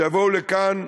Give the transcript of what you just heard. שם,